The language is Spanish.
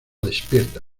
despierta